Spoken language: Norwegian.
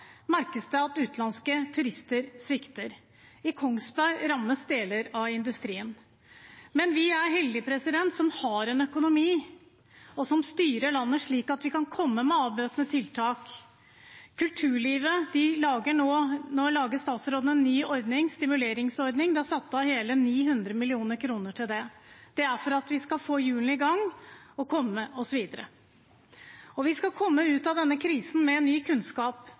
merkes det at utenlandske turister svikter. I Kongsberg rammes deler av industrien. Men vi er heldige som har en økonomi og styrer landet slik at vi kan komme med nødvendige tiltak. Statsråden lager nå en ny ordning, en stimuleringsordning. Det er satt av hele 900 mill. kr til det, og det er for at vi skal få hjulene i gang og komme oss videre. Vi skal komme ut av denne krisen med ny kunnskap.